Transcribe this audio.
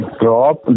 drop